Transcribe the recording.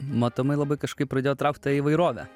matomai labai kažkaip pradėjo traukt ta įvairovė